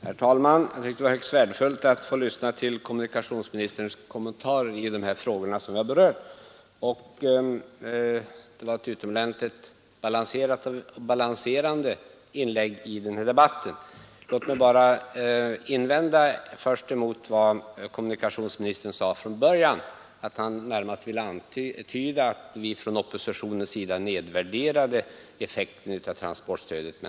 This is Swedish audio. Herr talman! Jag tycker att det var högst värdefullt att få lyssna till kommunikationsministerns kommentarer till de frågor jag berört. Det var ett utomordentligt balanserande inlägg i den här debatten. Låt mig bara göra en invändning mot vad kommunikationsministern sade inledningsvis, då han närmast ville antyda att vi från oppositionens sida nedvärderade effekterna av transportstödet.